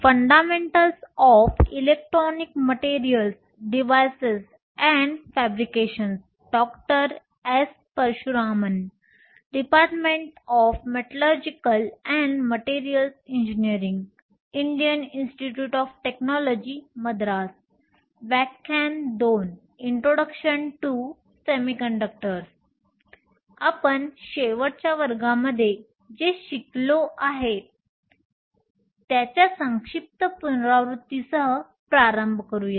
आपण शेवटच्या वर्गामध्ये जे शिकलो आहे त्याच्या संक्षिप्त पुनरावृत्तीसह प्रारंभ करूया